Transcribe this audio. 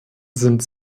sind